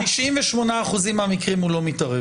ב-98 אחוזים מהמקרים הוא לא מתערב.